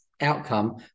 outcome